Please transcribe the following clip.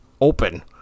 open